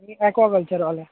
ॲक्वाकल्चरवाले